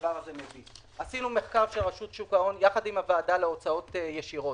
מחקר יחד עם הוועדה להוצאות ישירות.